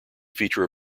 feature